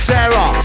Sarah